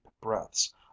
breaths